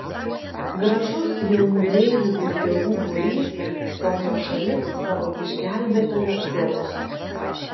gražus jaunų deivių ir dievų būrys stojo šalip savo išgelbėtojo dzeuso